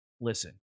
listen